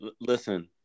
Listen